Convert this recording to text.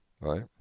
Right